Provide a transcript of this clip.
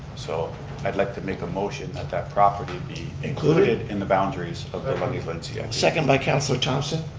so i'd like to make a motion that that property be included in the boundaries of the lundy's lane bia. yeah second by councilor thompson.